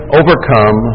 overcome